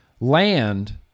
land